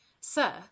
Sir